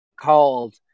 called